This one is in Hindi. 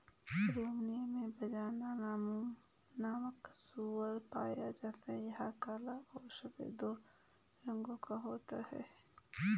रोमानिया में बजना नामक सूअर पाया जाता है यह काला और सफेद दो रंगो का होता है